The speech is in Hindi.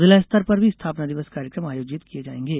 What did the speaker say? जिला स्तर पर भी स्थापना दिवस कार्यक्रम आयोजित किये जायेंगे